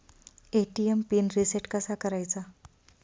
ATM pin reset कसा करायचा?